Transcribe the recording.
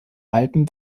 alpen